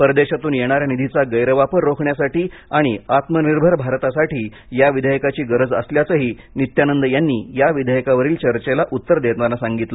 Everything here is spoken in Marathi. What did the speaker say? परदेशातून येणाऱ्या निधीचा गैरवापर रोखण्यासाठी आणि आत्मनिर्भर भारतासाठी या विधेयकाची गरज असल्याचंही नित्यानंद यांनी या विधेयकावरील चर्चेला उत्तर देताना सांगितलं